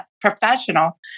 professional